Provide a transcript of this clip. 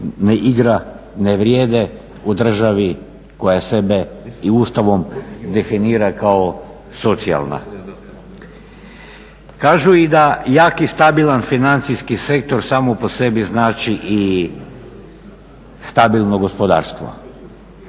ne igra, ne vrijede u državi koja sebe i Ustavom definira kao socijalna. Kažu i da jak i stabilan financijski sektor samo po sebi znači i stabilno gospodarstvo,